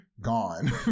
gone